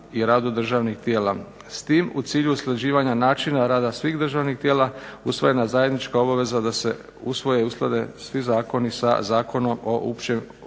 i radu državnih tijela. S tim u cilju usklađivanja načina rada svih državnih tijela usvojena zajednička obaveza da se usvoje i usklade svi zakoni sa Zakonom o općem upravnom